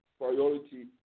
priority